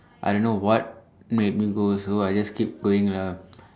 I don't know what made me go also I just keep going lah